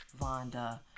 Vonda